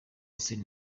austin